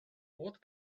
what